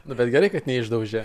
bet gerai kad neišdaužė